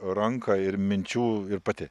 ranką ir minčių ir pati